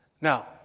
Now